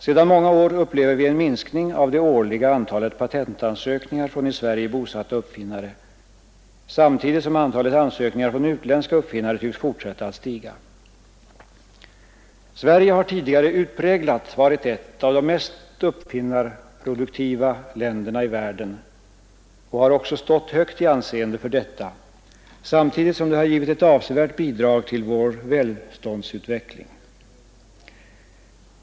Sedan många år upplever vi en minskning av det årliga antalet patentansökningar från i Sverige bosatta uppfinnare, samtidigt som antalet ansökningar från utländska uppfinnare tycks fortsätta att stiga. Sverige har tidigare utpräglat varit ett av de mest uppfinnarproduktiva länderna i världen och har också stått högt i anseende för detta, samtidigt som det har givit ett avsevärt bidrag till vår välståndsutveckling.